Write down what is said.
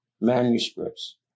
manuscripts